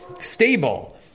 stable